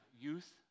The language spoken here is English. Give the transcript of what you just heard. youth